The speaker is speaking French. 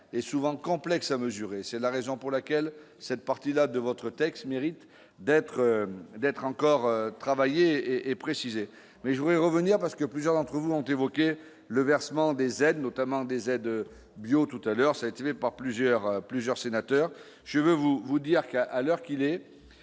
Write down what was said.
et souvent complexes à mesure et c'est la raison pour laquelle cette partie-là de votre texte mérite d'être d'être encore travailler et et précisé mais je voudrais revenir parce que. Plusieurs d'entre vous ont évoqué le versement des aides, notamment des aides bio tout à l'heure, ça a été fait par plusieurs, plusieurs sénateurs, je veux vous vous dire qu'à l'heure qu'il est